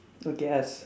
okay ask